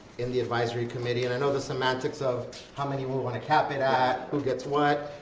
in the advisory committee and i know the semantics of how many we would want to cap it at, who gets what,